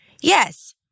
yes